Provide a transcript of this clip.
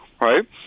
right